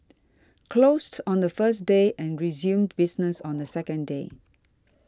closed on the first day and resumes business on the second day